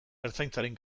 ertzaintzaren